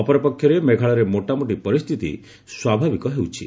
ଅପରପକ୍ଷରେ ମେଘାଳୟରେ ମୋଟାମୋଟି ପରିସ୍ଥିତି ସ୍ୱାଭାବିକ ହେଉଛି